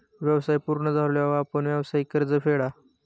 व्यवसाय पूर्ण झाल्यावर आपण व्यावसायिक कर्ज फेडा